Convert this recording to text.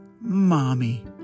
Mommy